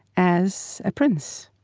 as a prince,